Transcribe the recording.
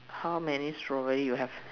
how many strawberry you have